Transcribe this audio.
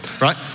right